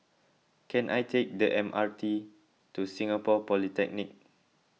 can I take the M R T to Singapore Polytechnic